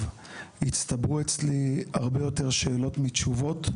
הצטברו אצלי הרבה יותר שאלות מתשובות.